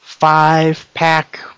five-pack